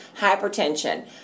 hypertension